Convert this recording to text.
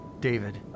David